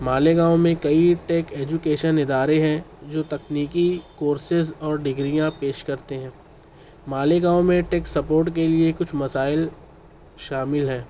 ماليگاؤں ميں كئى tech education ادارے ہیں جو تکنیکی کورسز اور ڈگرياں پيش کرتے ہيں ماليگاؤں ميں ٹيک سپورٹ كے ليے کچھ مسائل شامل ہیں